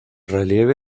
relieve